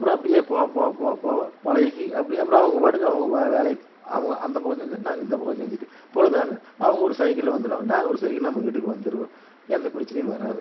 அப்புறோம் அப்படியே போவ போவ போவ போவ பழகி அப்படி அப்புறோம் அவங்க பாட்டுக்கு அவங்க வேலையை அவங்க அந்த பக்கம் செஞ்சா நாங்கள் இந்த பக்கம் செஞ்சிவிட்டு பொழுதானா அவங்க ஒரு சைக்கிளில் வந்துருவாங்க நாங்கள் ஒரு சைக்கிளில் நம்ம வீட்டுக்கு வந்துருவோம் எந்த பிரச்சனையும் வராது